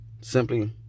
Simply